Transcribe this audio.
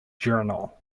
journal